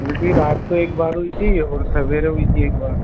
उल्टी रात को एक बार हुई थी और सवेरे हुई थी एक बार